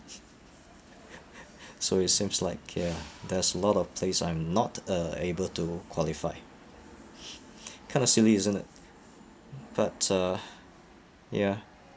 so it seems like ya there's a lot of place I'm not uh able to qualify kind of silly isn't it but uh ya